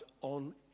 on